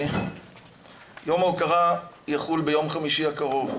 יום ההוקרה יחול ביום חמישי הקרוב.